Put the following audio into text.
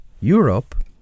Europe